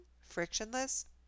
frictionless